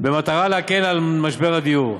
במטרה להקל את משבר הדיור.